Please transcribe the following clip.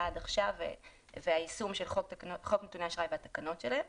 עד עכשיו והיישום של חוק נתוני אשראי והתקנות שלו.